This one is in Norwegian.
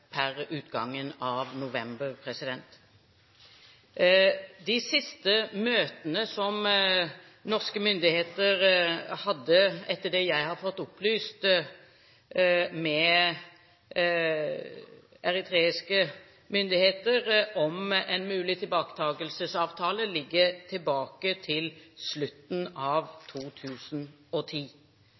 per utgangen av november i fjor. De siste møtene som norske myndigheter, etter det jeg har fått opplyst, hadde med eritreiske myndigheter om en mulig tilbaketakelsesavtale, ligger tilbake til slutten av 2010.